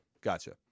Gotcha